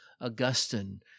Augustine